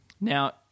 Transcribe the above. Now